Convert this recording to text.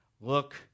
look